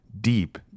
deep